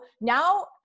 now